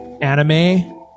anime